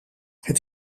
het